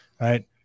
right